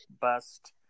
bust